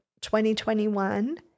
2021